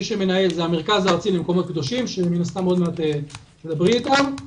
מנהל המרכז הארצי למקומות קדושים שבטח תדברו אתם,